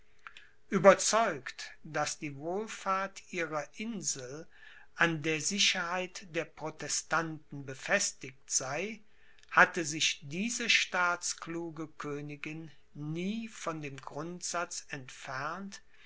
ueberzeugt daß die wohlfahrt ihrer insel an der sicherheit der protestanten befestigt sei hatte sich diese staatskluge königin nie von dem grundsatz entfernt